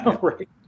Right